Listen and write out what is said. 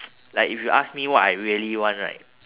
like if you ask me what I really want right